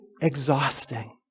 exhausting